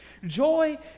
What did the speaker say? Joy